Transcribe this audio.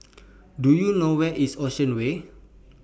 Do YOU know Where IS Ocean Way